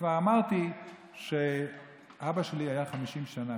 וכבר אמרתי שאבא שלי היה שם 50 שנה,